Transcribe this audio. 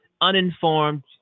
uninformed